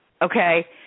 okay